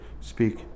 speak